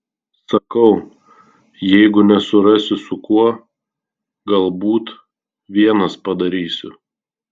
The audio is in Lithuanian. sakau jeigu nesurasiu su kuo galbūt vienas padarysiu